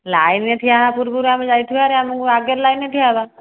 ଲାଇନ୍ରେ ଠିଆ ହେବା ପୂର୍ବରୁ ଆମେ ଯାଇଥିବା ହାରି ଆମେ ଆଗରେ ଲାଇନ୍ରେ ଠିଆ ହେବା